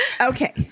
Okay